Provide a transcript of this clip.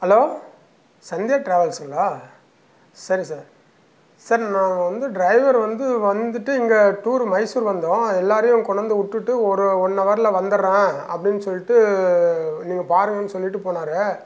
hello Sanjay டிராவல்ஸுங்களா சரி sir sir நாங்கள் வந்து டிரைவர் வந்து வந்துட்டு இங்கே டூரு மைசூர் வந்தோம் எல்லாேரையும் கொண்டு வந்து விட்டுவிட்டு ஒரு ஒன் அவரில் வந்துடுறேன் அப்படின்னு சொல்லிட்டு நீங்கள் பாருங்கன்னு சொல்லிட்டு போனார்